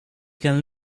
can